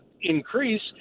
increase